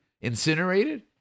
incinerated